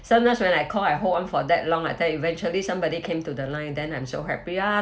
sometimes when I call I hold on for that long ah then eventually somebody came to the line then I'm so happy ah